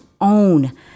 own